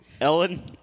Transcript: Ellen